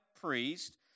priest